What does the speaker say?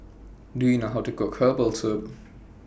Do YOU know How to Cook Herbal Soup